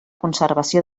conservació